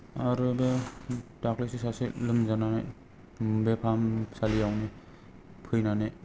आरो बे दाख्लैसो सासे लोमजानानै बे फाहामसालियावनो फैनानै